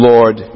Lord